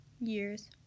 years